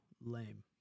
lame